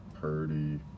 Purdy